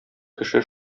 кеше